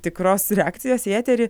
tikros reakcijos į eterį